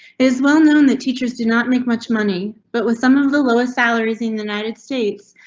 is well known that teachers do not make much money, but with some of the lowest salaries in the knighted states.